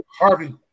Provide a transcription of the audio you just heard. Harvey